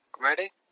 Ready